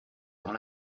dans